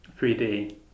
3D